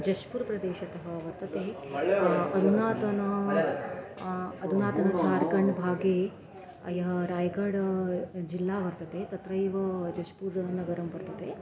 जष्पूर् प्रदेशतः वर्ततेः अधुनातन अधुनातन झार्कण्ड्भागे अय रायगढ्जिल्ला वर्तते तत्रैव जश्पुर्नगरं वर्तते